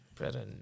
Better